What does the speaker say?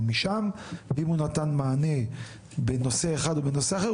משם ואם הוא נתן מענה בנושא אחד או בנושא אחר.